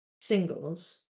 Singles